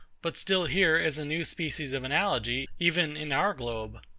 but still here is a new species of analogy, even in our globe.